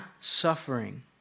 suffering